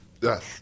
Yes